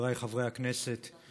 חבריי חברי הכנסת,